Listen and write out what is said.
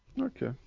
okay